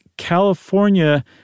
California